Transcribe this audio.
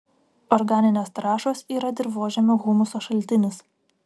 organinės trąšos yra dirvožemio humuso šaltinis